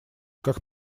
как